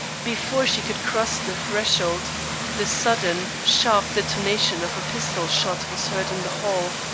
before she could cross the threshold the sudden, sharp detonation of a pistol-shot was heard in the hall,